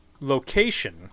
location